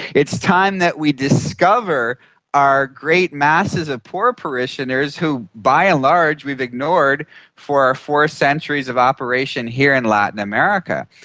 it's time that we discover our great masses of poor parishioners who by and large we've ignored for our four centuries of operation here in latin america.